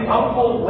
uncle